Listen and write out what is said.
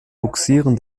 bugsieren